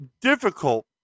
difficult